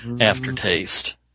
aftertaste